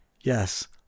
yes